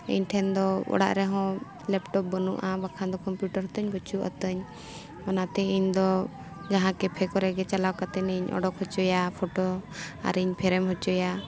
ᱤᱧᱴᱷᱮᱱ ᱫᱚ ᱚᱲᱟᱜ ᱨᱮᱦᱚᱸ ᱞᱮᱯᱴᱚᱯ ᱵᱟᱹᱱᱩᱜᱼᱟ ᱵᱟᱠᱷᱟᱱ ᱫᱚ ᱠᱚᱢᱯᱤᱭᱩᱴᱟᱨ ᱛᱤᱧ ᱵᱟᱹᱱᱩᱜ ᱟᱹᱛᱤᱧ ᱚᱱᱟᱛᱮ ᱤᱧᱫᱚ ᱡᱟᱦᱟᱸ ᱠᱮᱯᱷᱮ ᱠᱚᱨᱮᱜᱮ ᱪᱟᱞᱟᱣ ᱠᱟᱛᱮᱧ ᱚᱰᱳᱠ ᱦᱚᱪᱚᱭᱟ ᱯᱷᱚᱴᱳ ᱟᱨᱤᱧ ᱯᱷᱨᱮᱢ ᱦᱚᱪᱚᱭᱟ